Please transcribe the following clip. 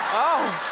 oh,